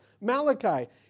Malachi